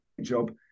job